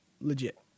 legit